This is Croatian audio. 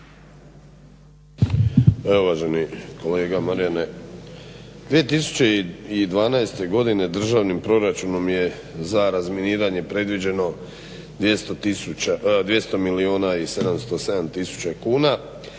evo uvaženi kolega Marijane 2012. godine državnim proračunom je za razminiranje predviđeno 200 milijuna i 707 tisuća kuna,